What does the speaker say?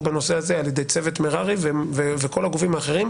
בנושא הזה על ידי צוות מררי וכל הגופים האחרים,